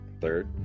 Third